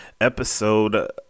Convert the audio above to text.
Episode